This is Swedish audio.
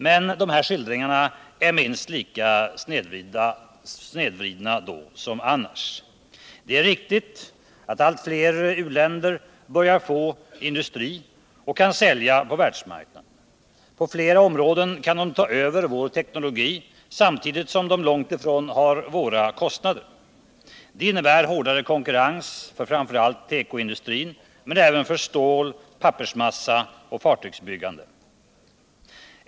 Men dessa skildringar är minst lika snedvridna då som annars. Det är riktigt att allt fler u-länder börjar få industri och kan sälja på världsmarknaden. På flera områden kan de ta över vår teknologi, samtidigt som de långt ifrån har våra kostnader. Det innebär hårdare konkurrens för framför allt tekoindustrin, men även för stål, pappersmassa och fartygsbyggande.